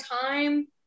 time